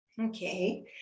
Okay